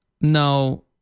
no